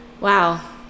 Wow